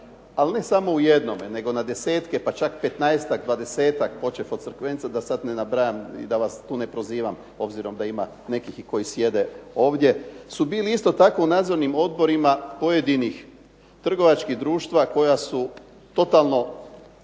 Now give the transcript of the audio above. ali ne samo u jednome nego na desetke, pa čak 15-tak, počev od Crkvenca da sada ne nabrajam i da vas tu ne pozivam obzirom da ima nekih koji sjede ovdje, su bili isto tako u nadzornim odborima pojedinih trgovačkih društva koja su totalno,